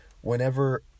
whenever